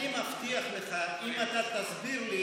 אני מבטיח לך, אם אתה תסביר לי